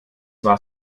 war